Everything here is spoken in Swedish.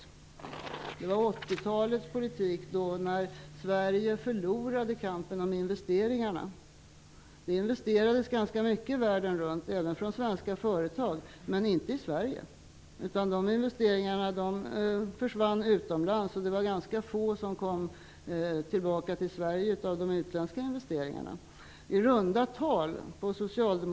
Till följd av 80 talets politik förlorade Sverige kampen om investeringarna. Det investerades ganska mycket världen runt, även av svenska företag, men inte i Sverige. De investeringarna försvann utomlands, och det var ganska få av de utländska investeringarna som kom till Sverige.